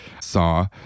saw